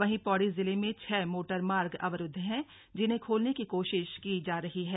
वहीं पौड़ी जिले में छह मोटरमार्ग अवरुद्व हैं जिन्हें खोलने की कोशिश की जा रही है